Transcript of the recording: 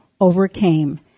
overcame